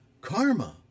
karma